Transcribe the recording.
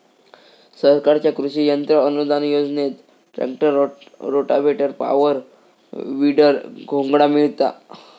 सरकारच्या कृषि यंत्र अनुदान योजनेत ट्रॅक्टर, रोटावेटर, पॉवर, वीडर, घोंगडा मिळता